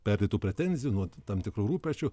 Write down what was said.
perdėtų pretenzijų nuo tam tikrų rūpesčių